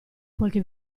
qualche